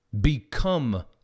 become